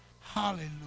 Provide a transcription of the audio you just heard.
Hallelujah